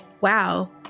wow